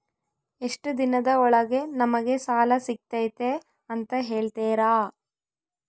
ಎಷ್ಟು ದಿನದ ಒಳಗೆ ನಮಗೆ ಸಾಲ ಸಿಗ್ತೈತೆ ಅಂತ ಹೇಳ್ತೇರಾ?